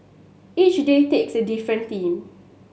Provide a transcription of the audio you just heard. each day takes a different theme